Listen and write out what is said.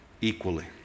equally